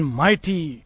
mighty